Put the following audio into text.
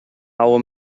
our